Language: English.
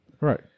Right